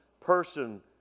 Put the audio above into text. person